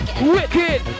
Wicked